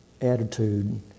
attitude